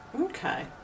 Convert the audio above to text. Okay